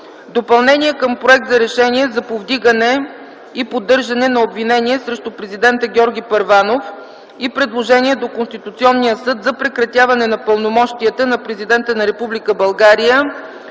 Допълнение към проект за Решение за повдигане и поддържане на обвинение срещу Президента Георги Първанов и предложение до Конституционния съд за прекратяване на пълномощията на Президента на